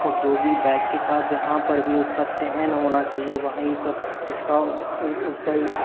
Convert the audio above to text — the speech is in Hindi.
और जो भी वाक्य का जहाँ पर भी उसका चयन होना चाहिए वहीं पर उसका उसका